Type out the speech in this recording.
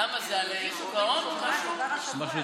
למה, זה על שוק ההון, משהו?